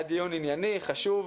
היה דיון ענייני, חשוב.